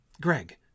Greg